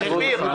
שיסבירו.